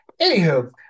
Anywho